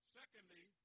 secondly